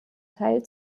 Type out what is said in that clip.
teil